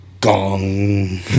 gong